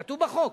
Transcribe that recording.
כתוב בחוק.